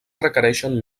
requereixen